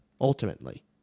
ultimately